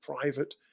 private